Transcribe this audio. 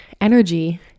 energy